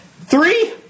three